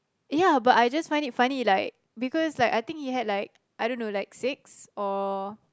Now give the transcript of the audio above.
ya but I just find it funny like because like I think he had like I don't know like six or